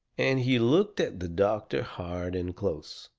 and he looked at the doctor hard and close,